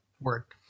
Work